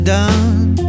done